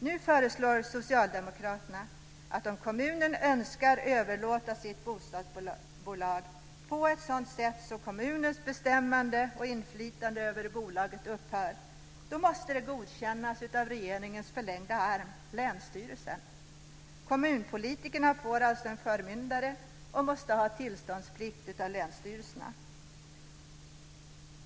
Nu föreslår Socialdemokraterna att om kommunen önskar överlåta sitt bostadsbolag på ett sådant sätt så att kommunens bestämmande och inflytande över bolaget upphör måste det godkännas av regeringens förlängda arm länsstyrelsen. Kommunpolitikerna får alltså en förmyndare och måste ha tillståndsplikt av länsstyrelserna.